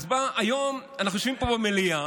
היום אנחנו יושבים במליאה,